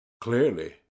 Clearly